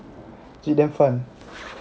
legit damn fun